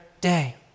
day